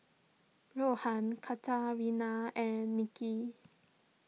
Rohan Katarina and Nicky